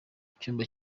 icyambu